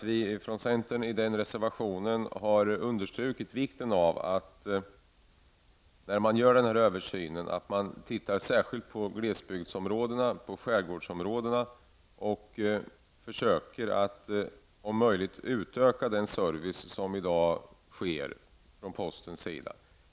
Vi i centern har i denna reservation understrukit vikten av att man vid denna översyn särskilt skall se på glesbygdsområdena och på skärgårdsområdena samt att man försöker att om möjligt utöka den service som posten i dag tillhandahåller.